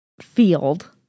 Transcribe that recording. field